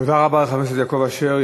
תודה רבה לחבר הכנסת יעקב אשר.